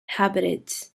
habitats